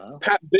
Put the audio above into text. Pat